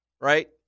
Right